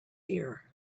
ear